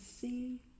see